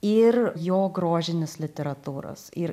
ir jo grožinės literatūros ir